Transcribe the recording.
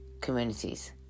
communities